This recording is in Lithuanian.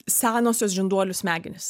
senosios žinduolių smegenys